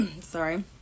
Sorry